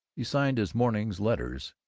he signed his morning's letters,